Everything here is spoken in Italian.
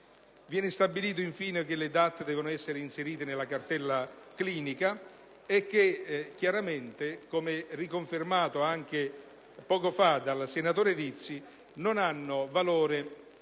Viene stabilito, infine, che le DAT devono essere inserite nella cartella clinica e che chiaramente, come riconfermato anche poco fa dal senatore Rizzi, non hanno valore